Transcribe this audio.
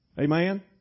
Amen